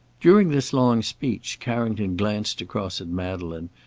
during this long speech, carrington glanced across at madeleine,